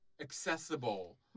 accessible